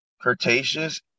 Cretaceous